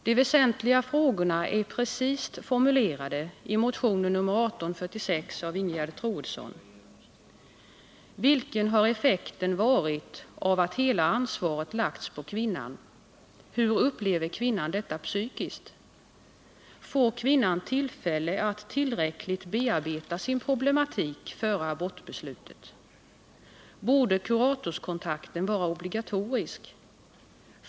De väsentliga frågorna är precis formulerade i motionen nr 1846 av Ingegerd Troedsson: Vilken har effekten varit av att hela ansvaret lagts på kvinnan? Hur upplever kvinnan detta psykiskt? Får kvinnan tillfälle att tillräckligt bearbeta sin problematik före abortbeslutet? Borde kuratorskontakten vara obligatorisk?